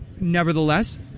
nevertheless